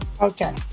Okay